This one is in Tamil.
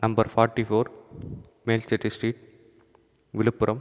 நம்பர் ஃபார்ட்டி ஃபோர் மெயின்டிஸ் ஸ்ட்ரீட் விழுப்புரம்